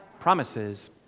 promises